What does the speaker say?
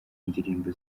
ndirimbo